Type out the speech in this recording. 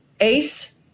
ace